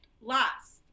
last